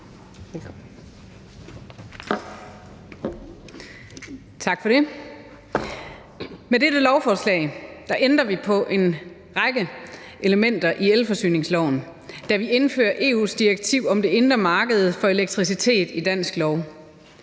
Med dette lovforslag ændrer vi på en række elementer i elforsyningsloven, da vi indfører EU's direktiv om det indre marked for elektricitet i dansk lov.